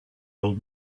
old